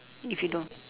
if you don't